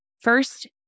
First